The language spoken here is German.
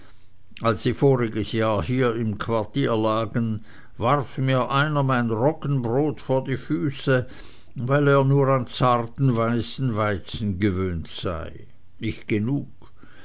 als sie voriges jahr hier im quartier lagen warf mir einer mein roggenbrot vor die füße weil er nur an zarten weißen weizen gewöhnt sei nicht genug